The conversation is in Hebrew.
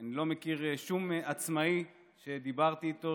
אני לא מכיר שום עצמאי שדיברתי איתו